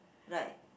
like